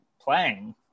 playing